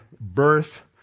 birth